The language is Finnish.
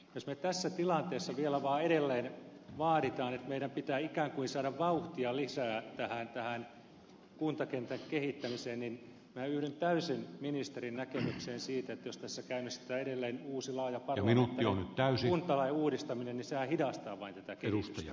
jos me tässä tilanteessa vielä vaan edelleen vaadimme että meidän pitää ikään kuin saada vauhtia lisää kuntakentän kehittämiseen niin minä yhdyn täysin ministerin näkemykseen siitä että jos tässä käynnistetään edelleen uusi laaja kuntalain uudistaminen niin sehän hidastaa vain tätä kehitystä